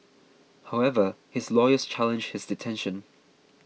however his lawyers challenged his detention